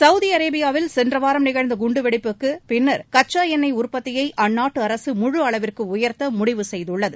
Saudi அரேபியாவில் சென்ற வாரம் நிகழ்ந்த குண்டுவெடிப்புக்கு பின்னர் கச்சா எண்ணெய் உற்பத்தியை அந்நாட்டு அரசு முழு அளவிற்கு உயர்த்த முடிவு செய்துள்ளது